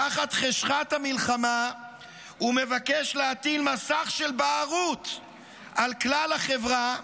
תחת חשכת המלחמה הוא מבקש להטיל מסך של בערות על כלל החברה,